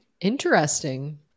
Interesting